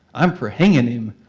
i'm for hanging him.